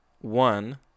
one